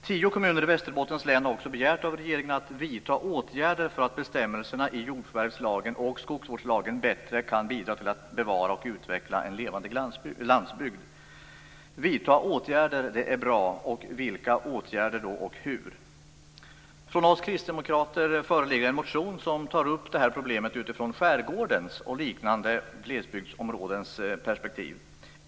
Tio kommuner i Västerbottens län har begärt att regeringen vidtar åtgärder för att bestämmelserna i jordförvärvslagen och skogsvårdslagen bättre skall kunna bidra till att bevara och utveckla en levande landsbygd. Det är bra att vidta åtgärder. Men vilka åtgärder skall vidtas och hur? Från oss kristdemokrater föreligger en motion som tar upp detta problem utifrån skärgårdens och liknande glesbygdsområdens perspektiv.